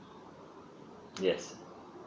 yes